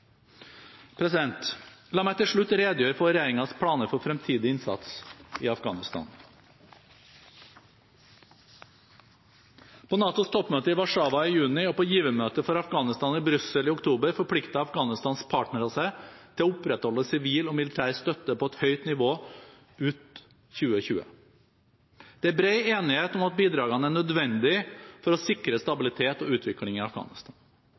La meg til slutt redegjøre for regjeringens planer for fremtidig innsats i Afghanistan. På NATOs toppmøte i Warszawa i juni og på givermøtet for Afghanistan i Brussel i oktober forpliktet Afghanistans partnere seg til å opprettholde sivil og militær støtte på et høyt nivå ut 2020. Det er bred enighet om at bidragene er nødvendige for å sikre stabilitet og utvikling i Afghanistan.